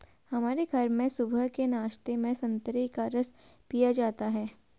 हमारे घर में सुबह के नाश्ते में संतरे का रस पिया जाता है